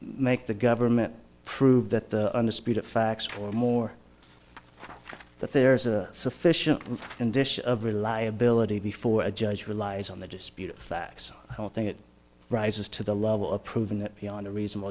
make the government prove that the undisputed facts for more that there is a sufficient condition of reliability before a judge relies on the disputed facts i don't think it rises to the level of proving that beyond a reasonable